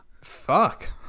Fuck